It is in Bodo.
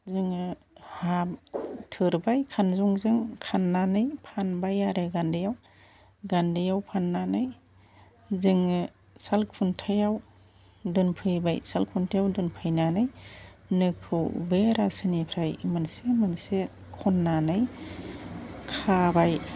जोङो हा थोरबाय खानजंजों खान्नानै फानबाय आरो गान्दैयाव गान्दैयाव फान्नानै जोङो साल खुन्थायाव दोनफैबाय साल खुन्थायाव दोनफैनानै नोखौ बे रासोनिफ्राय मोनसे मोनसे खन्नानै खाबाय